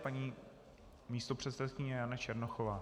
Paní místopředsedkyně Jana Černochová.